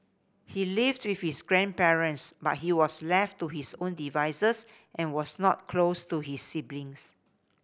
he lived with his grandparents but he was left to his own devices and was not close to his siblings